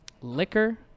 Liquor